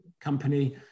company